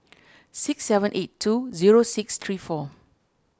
six seven eight two zero six three four